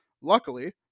Luckily